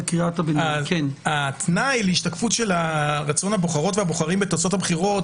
אז התנאי להשתקפות של רצון הבוחרים והבוחרות בתוצאות הבחירות,